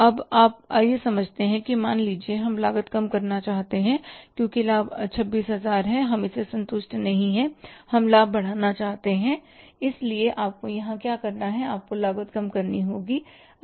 अब आइए समझते हैं कि मान लीजिए हम लागत कम करना चाहते हैं क्योंकि लाभ 26000 हम इससे संतुष्ट नहीं हैं हम लाभ बढ़ाना चाहते हैं इसलिए आपको यहां क्या करना है आपको लागत कम करनी होगी